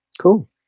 Cool